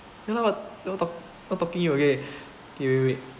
you know what what talk what talking you okay okay wait wait wait